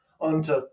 unto